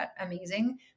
amazing